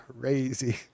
crazy